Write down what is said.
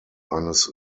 eines